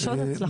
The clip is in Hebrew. יש עוד הצלחות.